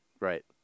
Right